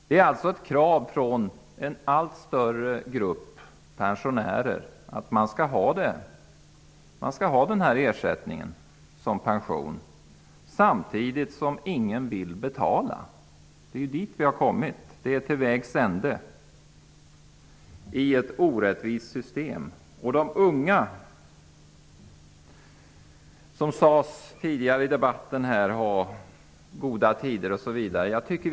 Det är alltså ett krav från en allt större grupp pensionärer att man skall ha denna ersättning såsom pension samtidigt som ingen vill betala. Vi har kommit till vägs ände. Det är ett orättvist system. Det sades tidigare i debatten här att de unga har goda tider.